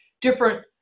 different